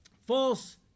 false